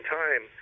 time